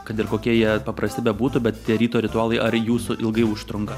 kad ir kokie jie paprasti bebūtų bet tie ryto ritualai ar jūsų ilgai užtrunka